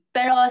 Pero